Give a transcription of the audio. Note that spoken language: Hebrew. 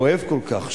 אוהב כל כך,